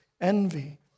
envy